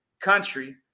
country